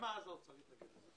-- למה האוצר התנגד לזה?